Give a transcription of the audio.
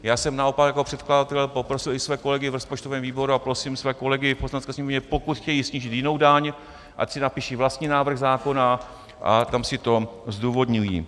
Já jsem naopak jako předkladatel poprosil i své kolegy v rozpočtovém výboru a prosím své kolegy v Poslanecké sněmovně, pokud chtějí snížit jinou daň, ať si napíší vlastní návrh zákona a tam si to zdůvodňují.